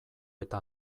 eta